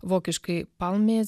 vokiškai palmės